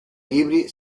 libri